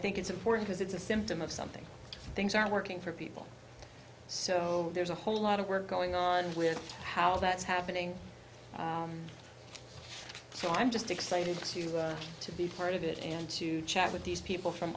think it's important cause it's a symptom of something things are working for people so there's a whole lot of work going on with how that's happening so i'm just excited to to be part of it and to chat with these people from